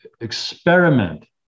experiment